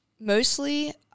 Mostly